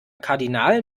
kardinal